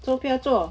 做么不要做